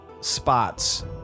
spots